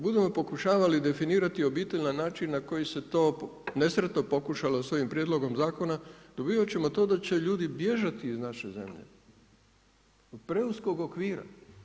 Ako budemo pokušavali definirati obitelj na način na koji se to nesretno pokušalo s ovim prijedlogom zakon, dobivat ćemo to da će ljudi bježati iz naše zemlje zbog preuskog okvira.